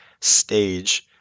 stage